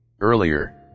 Earlier